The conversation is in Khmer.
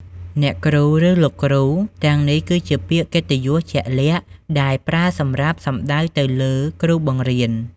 អ្នកគ្រូ ឬ លោកគ្រូ ទាំងនេះគឺជាពាក្យកិត្តិយសជាក់លាក់ដែលប្រើសម្រាប់សំដៅទៅលើគ្រូបង្រៀន។